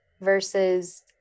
versus